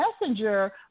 messenger